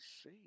see